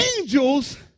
angels